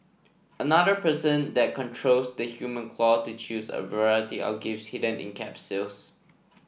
another person then controls the human claw to choose a variety of gifts hidden in capsules